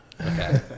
Okay